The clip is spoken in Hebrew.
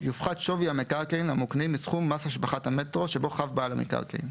יופחת שווי המקרקעין המוקנים מסכום מס השבחת המטרו שבו חב בעל המקרקעין,